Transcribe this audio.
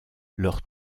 leur